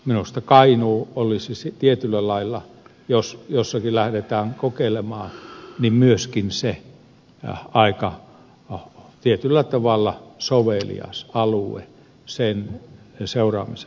minusta kainuu olisi tietyllä lailla jos jossakin lähdetään kokeilemaan myöskin se aika tietyllä tavalla sovelias alue sen seuraamiseen